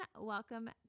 welcome